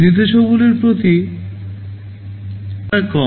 নির্দেশাবলীর প্রতি হিসেবে সংখ্যায় কম